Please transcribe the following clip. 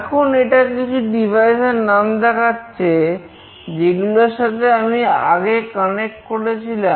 এখন এটা কিছু ডিভাইস এর নাম দেখাচ্ছে যেগুলোর সাথে আমি আগে কানেক্ট করেছিলাম